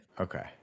Okay